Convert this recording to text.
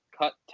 cut